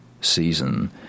season